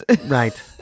Right